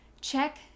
Check